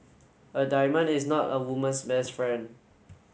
a diamond is not a woman's best friend